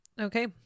Okay